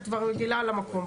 את כבר רגילה למקום.